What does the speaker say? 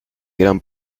gran